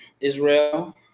Israel